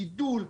גידול,